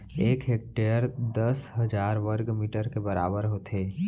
एक हेक्टर दस हजार वर्ग मीटर के बराबर होथे